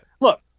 Look